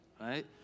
right